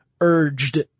urged